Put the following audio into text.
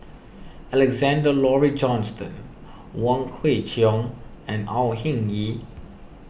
Alexander Laurie Johnston Wong Kwei Cheong and Au Hing Yee